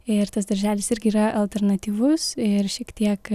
ir tas darželis irgi yra alternatyvus ir šiek tiek